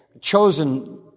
chosen